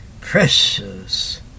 Precious